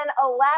allow